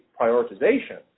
prioritization